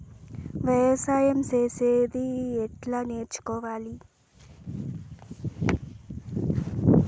వ్యవసాయం చేసేది ఎట్లా నేర్చుకోవాలి?